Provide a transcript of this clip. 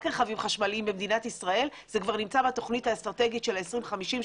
רכבים חשמליים במדינת ישראל וזה כבר נמצא בתוכנית האסטרטגית של ה-2050,